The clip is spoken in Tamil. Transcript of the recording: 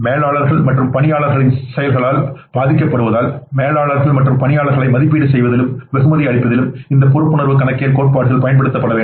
மேலாளர்கள் மற்றும் பணியாளர்களின் செயல்களால் பாதிக்கப்படுவதால் மேலாளர்கள் மற்றும் பணியாளர்களை மதிப்பீடு செய்வதிலும் வெகுமதி அளிப்பதிலும் இந்த பொறுப்புணர்வு கணக்கியல் கோட்பாடுகள் பயன்படுத்தப்பட வேண்டும்